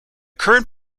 current